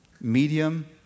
medium